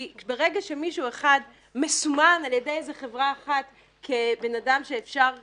כי ברגע שמישהו אחד מסומן על ידי חברה אחת כאדם שאפשר "לעבוד"